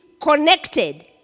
connected